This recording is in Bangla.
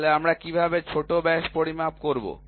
তাহলে আমরা কীভাবে ছোট ব্যাস পরিমাপ করব